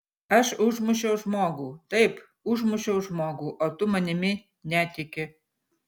aš užmušiau žmogų taip užmušiau žmogų o tu manimi netiki